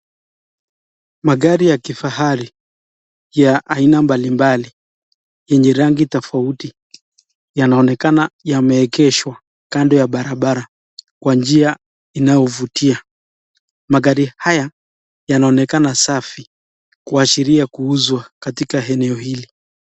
Magari ya kifahari ya aina mbalimbali yenye rangi tofauti yanaonekana yameegeshwa kando ya barabara kwa njia inayovutia. Mahlgarihaya yanaonekana safi kuashiria kuuzwa katika eneo hili.